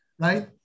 right